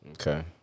Okay